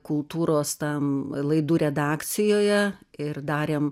kultūros tam laidų redakcijoje ir darėm